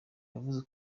yavuze